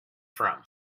from